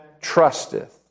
trusteth